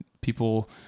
people